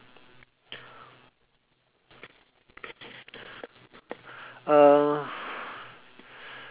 um